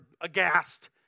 aghast